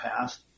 past